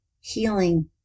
healing